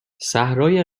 صحرای